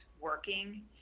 working